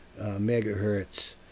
megahertz